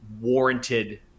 warranted